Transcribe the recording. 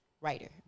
writer